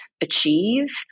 achieve